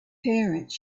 parents